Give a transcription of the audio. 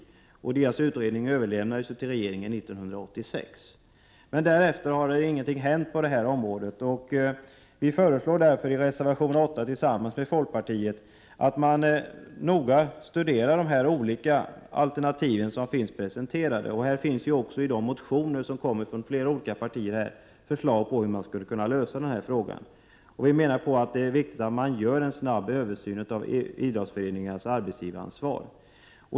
Idrottsrörelsens utredning överlämnades ju till regeringen 1986. Därefter har det emellertid inte hänt någonting på det här området. Vi föreslår därför i reservation 8 tillsammans med folkpartiet att man noga skall studera de olika alternativ som finns presenterade. Det finns ju också i de motioner som föreligger från flera olika partier förslag om hur man skulle kunna lösa den här frågan. Vi menar att det är viktigt att man gör en snabb översyn av idrottsföreningarnas arbetsgivaransvar.